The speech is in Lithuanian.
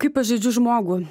kaip aš žaidžiu žmogų